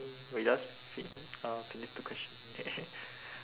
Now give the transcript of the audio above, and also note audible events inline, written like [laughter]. [noise] we just fi~ uh finish the question [noise]